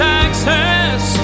access